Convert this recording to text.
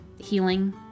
healing